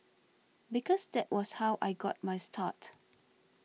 because that was how I got my start